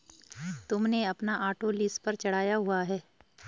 तुमने अपना auto lease पर चढ़ाया हुआ है?